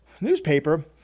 newspaper